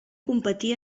competí